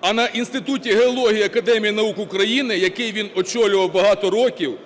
А на Інституті геології Академії наук України, який він очолював багато років,